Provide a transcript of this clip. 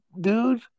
dude